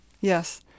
Yes